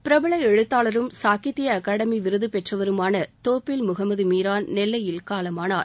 பிரபல எழுத்தாளரும் சாகித்திய அகடாமி விருது பெற்றவருமான தோப்பில் முகமது மீரான் நெல்லையில் காலமானார்